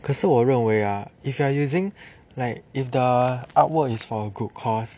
可是我认为 ah if you are using like if the artwork is for a good cause